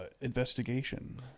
investigation